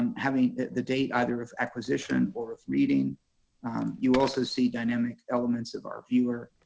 and having the date either of acquisition or of reading you also see dynamic elements of our viewer